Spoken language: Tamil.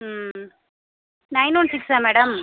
நைன் ஒன் சிக்சா மேடம்